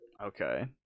Okay